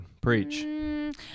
Preach